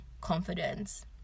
confidence